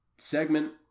Segment